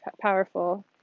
powerful